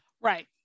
right